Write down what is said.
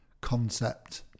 concept